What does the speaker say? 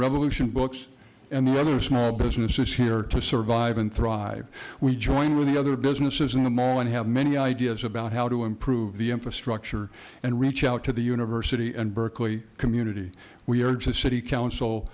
revolution books and the other small businesses here to survive and thrive we join with the other businesses in the mall and have many ideas about how to improve the infrastructure and reach out to the university and berkeley community we urge the city council